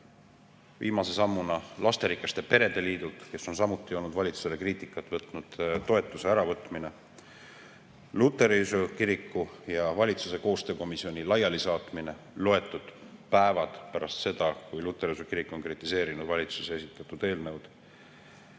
viimase sammuna lasterikaste perede liidult, kes on samuti valitsuse kohta kriitikat teinud, toetuse äravõtmine, luteri usu kiriku ja valitsuse koostöökomisjoni laialisaatmine loetud päevad pärast seda, kui luteri usu kirik on kritiseerinud valitsuse esitatud eelnõu